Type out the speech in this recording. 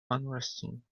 unresting